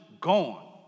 gone